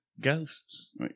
ghosts